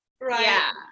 Right